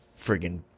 friggin